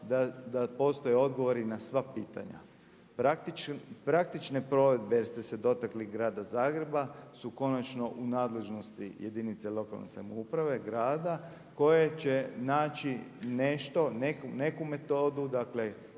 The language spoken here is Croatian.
da postoje odgovori na sva pitanja. Praktične provedbe jer ste se dotakli grada Zagreba su konačno u nadležnosti jedinice lokalne samouprave, grada koje će naći nešto, neku metodu, dakle